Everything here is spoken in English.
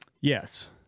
Yes